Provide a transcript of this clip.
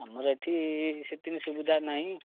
ଆମର ଏଠି ସେତିକି ସୁବିଧା ନାଇଁ